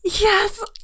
yes